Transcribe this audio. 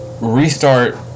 restart